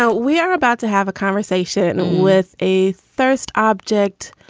so we are about to have a conversation with a thirst object.